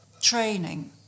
training